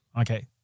Okay